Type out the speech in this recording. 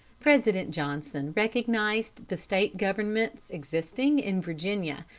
president johnson recognized the state governments existing in virginia,